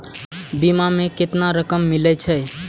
बीमा में केतना रकम मिले छै?